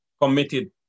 committed